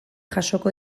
jasoko